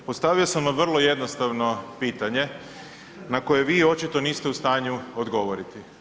Postavio sam vam vrlo jednostavno pitanje na koje vi očito niste u stanju odgovoriti.